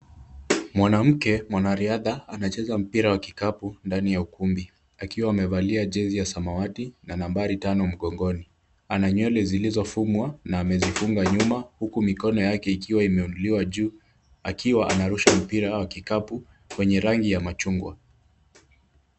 Mwanamke mwanariadha anacheza mpira wa kikapu ndani ya ukumbi, akiwa amevalia jesi ya samawati na nambari tano mgongoni. Ana nywele zilizofungwa na amezifunga nyuma huku mikono yake ikiwa imeinuliwa juu akiwa anarusha mpira wa kikapu kwenye rangi ya machungwa.